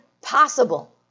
possible